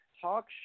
talk